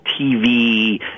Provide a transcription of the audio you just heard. TV